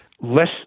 less